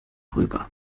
rüber